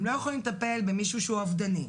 הם לא יכולים לטפל במישהו שהוא אובדני.